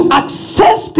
access